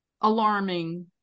alarming